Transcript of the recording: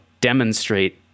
demonstrate